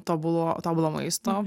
tobulo tobulo maisto